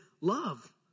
love